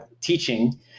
teaching